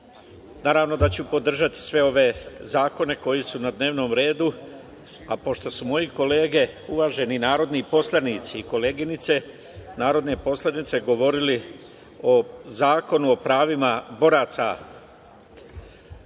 naravno da ću podržati sve ove zakone koji su na dnevnom redu, a pošto su moje kolege, uvaženi narodni poslanici i koleginice narodne poslanice, govorili o Zakonu o pravima boraca,